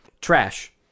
Trash